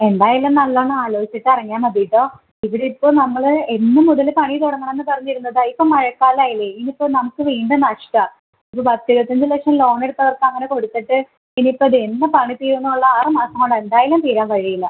എന്തായാലും നല്ലോണം ആലോചിച്ചിട്ട് ഇറങ്ങിയാൽ മതി കേട്ടോ ഇവിടെ ഇപ്പോൾ നമ്മൾ എന്നു മുതൽ പണി തുടങ്ങണം എന്ന് പറഞ്ഞിരുന്നതാണ് ഇപ്പോൾ മഴക്കാലമായില്ലേ ഇനി ഇപ്പോൾ നമുക്ക് വീണ്ടും നഷ്ടമാണ് ഒരു പത്ത് ഇരുപത്തി അഞ്ച് ലക്ഷം ലോണെടുത്ത് അവർക്ക് അങ്ങനെ കൊടുത്തിട്ട് ഇനി ഇപ്പം അതെന്ന് പണി തീരുമെന്നുള്ള ആറ് മാസം കൊണ്ട് എന്തായാലും തീരാൻ വഴിയില്ല